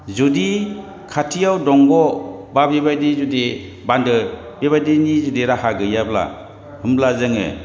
जुदि खाथियाव दंग' बा बेबायदि जुदि बान्दो बेबायदिनि जुदि राहा गैयाब्ला होम्बा जों